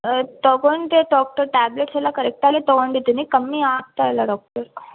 ತೊಗೊಂಡೆ doctor tablets ಎಲ್ಲ ಕರೆಕ್ಟಾಗೇ ತೊಗೊಂಡಿದ್ದೀನಿ ಕಮ್ಮಿ ಆಗ್ತಾ ಇಲ್ಲ ಡಾಕ್ಟರ್